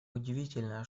удивительно